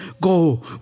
Go